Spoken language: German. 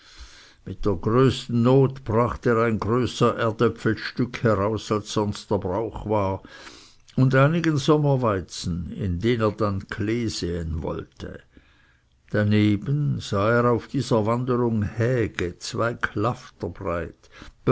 mit der größten not brachte er ein größer erdäpfelstück heraus als sonst der brauch war und einigen sommerweizen in den er dann klee säen wollte daneben sah er auf dieser wanderung häge zwei klafter breit